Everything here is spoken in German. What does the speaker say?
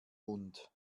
mund